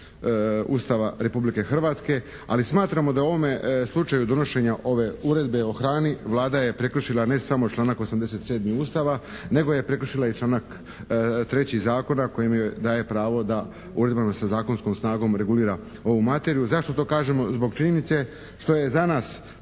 Ustava Republike Hrvatske. Ali smatramo da u ovome slučaju donošenja ove Uredbe o hrani Vlada je prekršila ne samo članak 87. Ustava, nego je prekršila i članak 3. Zakona koji joj daje pravo da uredbama sa zakonskom snagom regulira ovu materiju. Zašto to kažemo? Zbog činjenice što je za nas